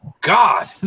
God